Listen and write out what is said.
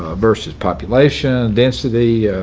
ah versus population density,